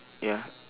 ya